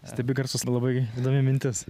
stebi garsus labai įdomi mintis